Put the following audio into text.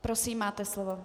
Prosím, máte slovo.